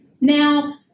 Now